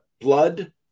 blood